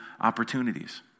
opportunities